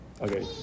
Okay